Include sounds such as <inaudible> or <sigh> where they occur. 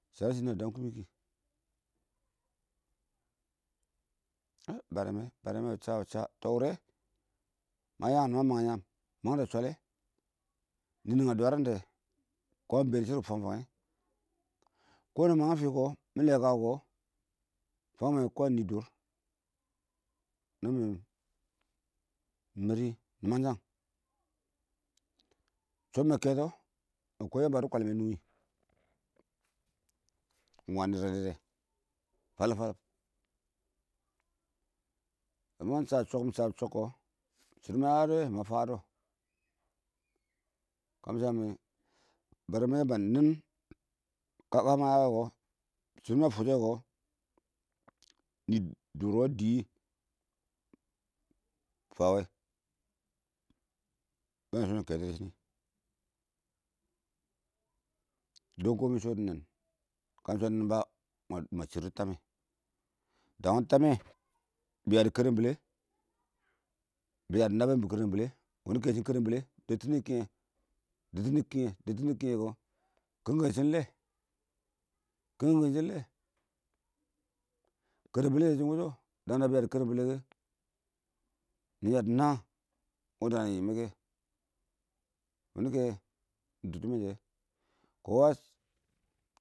shanɪ shidu na daam kumɪ kɪ wa bare, bare wɪɪn sha tɔ wʊre ma yangin mangin yaan mang dɛ shwale ninxa dwaran dɛ kə mɪ been dɪ shɪrr kɔ fang yange kɔ na ma yang fɪ mɪ leka wɛ kɔ fange kwan nɪ dʊr iɪng mari nima n shong chumme kɛts ma kɔ yamba dɪ kwalme nugi iɪng wani rɛdɛ <unintelligible> kə mɪ sha shɔk mɪ sha shɔk kɔ shidɔ ma ya wɛ nama fan wɛ dɔ kamɪ shami bare yambaa nen kaka ma wɛ kɔ shɪdo ma fʊkkɛ nɪ dʊr a dɪ wɪɪn dɪ fawe be ma yɔm yɔm kɛtɔ dɪ shɔ nɪ <unintelligible> dɪ nen kashɪ sho a nɛn bu kɔ nama shardʊ tammɛ dang tamme bɪ yach karal bere bɪ yadi naa na yimbʊ karal bere wʊni ketɔ karalbere dɪ dɛttʊ nɪ kinnɛ kɔ kɪngnɛ shɪn lɛ king kʊ kɔ shɪn lɛ koralbɛrɛn shɛ shm iɪng wʊshɔ dang nanain yadi karal bɔrɔ kə bɪ ya dɪ naa wɪɪn dang ba fankuwɪ fankuwɪ mɛ kɛ wini kinnɛ iɪng dʊr mɛ shɛ.